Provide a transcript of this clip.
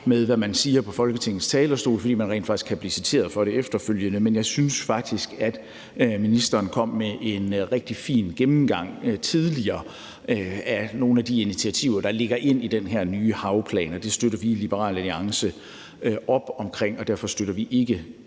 med, hvad man siger på Folketingets talerstol, fordi man rent faktisk kan blive citeret for det efterfølgende, men jeg synes faktisk, at ministeren kom med en rigtig fin gennemgang tidligere af nogle af de initiativer, der ligger i den her nye havplan. Og det støtter vi i Liberal Alliance op om. Derfor støtter vi ikke